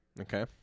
okay